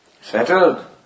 settled